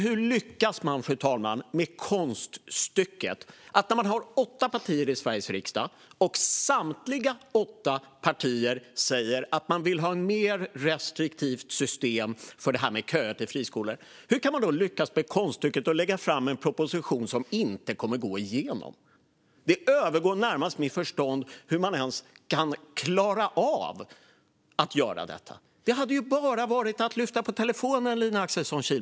Hur lyckas man med konststycket, när vi har åtta partier i Sveriges riksdag och samtliga åtta partier säger att de vill ha ett mer restriktivt system för köer till friskolor, att lägga fram en proposition som inte kommer att gå igenom? Det övergår närmast mitt förstånd hur man ens kan klara av att göra detta. Det hade ju bara varit för Lina Axelsson Kihlblom att lyfta på telefonluren.